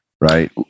Right